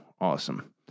Awesome